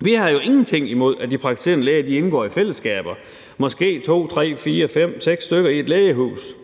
Vi har jo ingenting imod, at de praktiserende læger indgår i fællesskaber, måske 2, 3, 4, 5, 6 stykker i et lægehus.